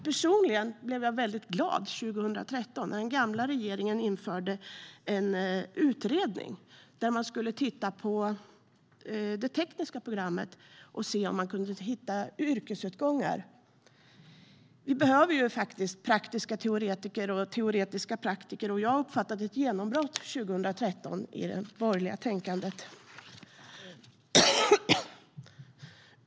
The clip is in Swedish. Personligen blev jag väldigt glad 2013 när den gamla regeringen tillsatte en utredning som skulle titta på det tekniska programmet och se om man kunde hitta yrkesutgångar. Vi behöver praktiska teoretiker och teoretiska praktiker, och jag uppfattade ett genombrott 2013 i det borgerliga tänkandet.